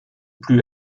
plus